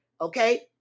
Okay